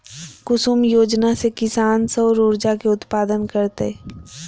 कुसुम योजना से किसान सौर ऊर्जा के उत्पादन करतय